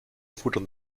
futtern